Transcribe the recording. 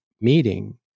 meeting